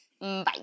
Bye